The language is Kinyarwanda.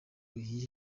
igihe